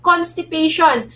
constipation